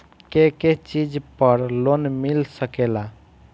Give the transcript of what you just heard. के के चीज पर लोन मिल सकेला?